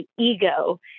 ego